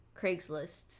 craigslist